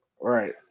right